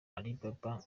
alibaba